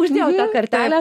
uždėjau tą kartelę